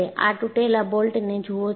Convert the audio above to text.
આ તૂટેલા બોલ્ટને જુઓ છો